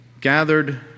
Gathered